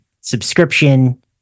subscription